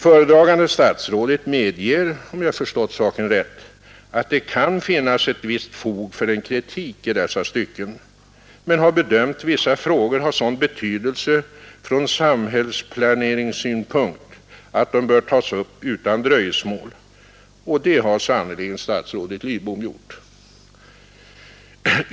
Föredragande statsrådet medger, om jag förstått saken rätt, att det kan finnas ett visst fog för en kritik i dessa stycken men har bedömt vissa frågor ha sådan betydelse från samhällsplaneringssynpunkt att de bör tas upp utan dröjsmål — och det har sannerligen statsrådet Lidbom gjort.